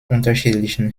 unterschiedlichen